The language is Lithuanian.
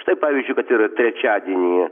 štai pavyzdžiui kad yra trečiadienį